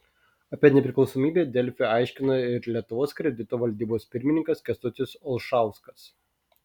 apie nepriklausomybę delfi aiškino ir lietuvos kredito valdybos pirmininkas kęstutis olšauskas